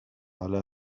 على